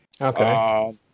Okay